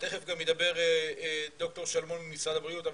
ותיכף גם ידבר ד"ר שלמון ממשרד הבריאות,